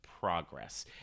Progress